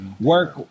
work